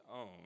own